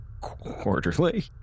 Quarterly